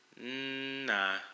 Nah